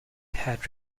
had